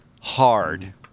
Hard